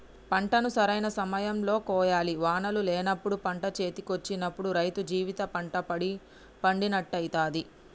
పంటను సరైన సమయం లో కోయాలి వానలు లేనప్పుడు పంట చేతికొచ్చినప్పుడు రైతు జీవిత పంట పండినట్టయితది